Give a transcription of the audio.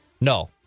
No